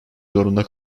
zorunda